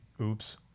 Oops